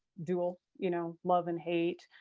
dual, you know, love and hate.